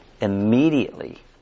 immediately